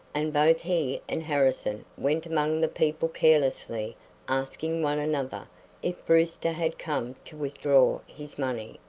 and both he and harrison went among the people carelessly asking one another if brewster had come to withdraw his money.